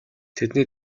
тэдний